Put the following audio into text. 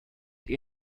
die